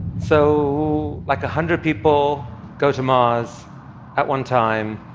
so, like, a hundred people go to mars at one time,